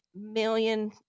million